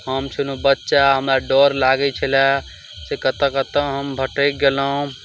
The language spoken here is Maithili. हम छलहुॅं बच्चा हमरा डर लागै छलए से कतऽ कतऽ हम भटैक गेलहुॅं